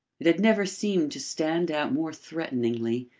it had never seemed to stand out more threateningly.